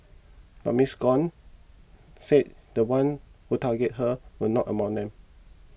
but Miss Gong said the ones who targeted her were not among them